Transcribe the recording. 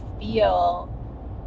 feel